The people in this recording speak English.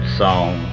song